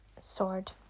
sword